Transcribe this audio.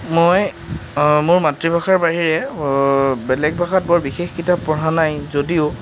মই মোৰ মাতৃভাষাৰ বাহিৰে বেলেগ ভাষাত বৰ বিশেষ কিতাপ পঢ়া নাই যদিও